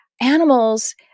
animals